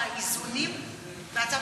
חברה בוועדה, מצטרפת.